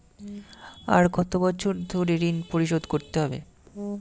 আর কত বছর ধরে ঋণ পরিশোধ করতে হবে?